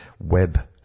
web